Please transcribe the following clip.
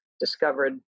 discovered